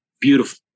beautiful